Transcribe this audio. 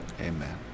amen